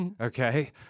Okay